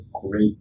great